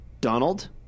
Donald